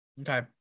okay